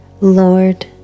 Lord